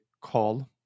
call